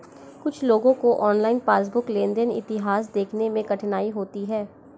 कुछ लोगों को ऑनलाइन पासबुक लेनदेन इतिहास देखने में कठिनाई होती हैं